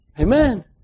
Amen